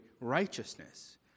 righteousness